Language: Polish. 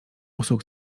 usług